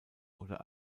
oder